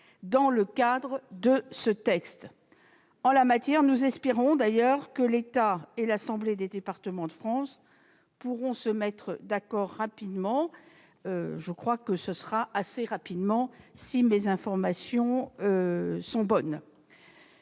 dans le cadre de ce texte. En la matière, nous espérons que l'État et l'Assemblée des départements de France pourront se mettre d'accord rapidement. Je crois que tel sera le cas, si mes informations sont bonnes.